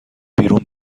بیرون